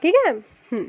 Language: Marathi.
ठीक आहे